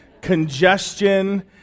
Congestion